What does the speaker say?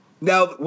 Now